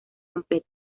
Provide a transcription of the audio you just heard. completa